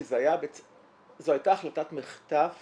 כי זו הייתה החלטת מחטף